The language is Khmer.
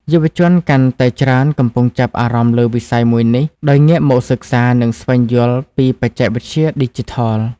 យុវជនកាន់តែច្រើនកំពុងចាប់អារម្មណ៍លើវិស័យមួយនេះ ដោយងាកមកសិក្សា និងស្វែងយល់ពីបច្ចេកវិទ្យាឌីជីថល។